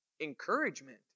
encouragement